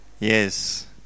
Yes